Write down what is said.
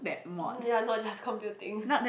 mm yeah not just computing